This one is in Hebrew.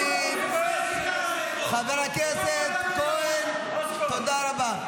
--- חבר הכנסת כהן, תודה רבה.